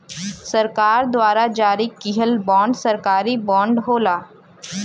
सरकार द्वारा जारी किहल बांड सरकारी बांड होला